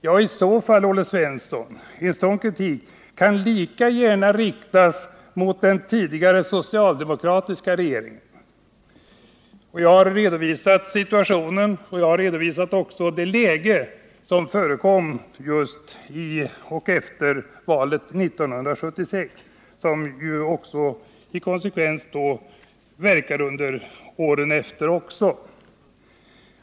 Ja, Olle Svensson, sådan kritik kan lika gärna riktas mot den tidigare socialdemokratiska regeringen. Jag har redovisat den situation och det läge som förekom just i och efter valet 1976 och som också hade inverkan under åren efter.